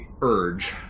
urge